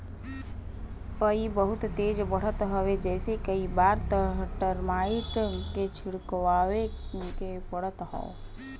पई बहुते तेज बढ़त हवे जेसे कई बार त टर्माइट के छिड़कवावे के पड़त हौ